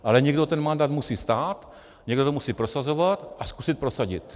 Ale někdo o ten mandát musí stát, někdo to musí prosazovat a zkusit prosadit.